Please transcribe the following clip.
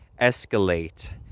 escalate